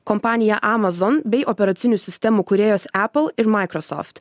kompanija amazon bei operacinių sistemų kūrėjos epol ir maikrosoft